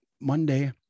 Monday